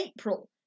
April